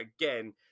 again